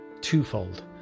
twofold